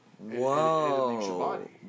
Whoa